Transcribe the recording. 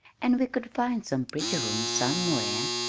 and we could find some pretty rooms somewhere.